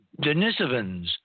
Denisovans